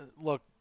look